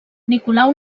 nicolau